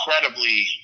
incredibly